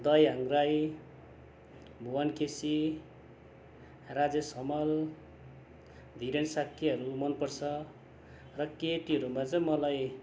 दयाहाङ राई भुवन केसी राजेश हमाल धिरेन शाक्यहरू मन पर्छ र केटीहरूमा चाहिँ मलाई